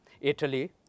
Italy